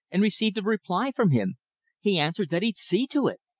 and received a reply from him he answered that he'd see to it.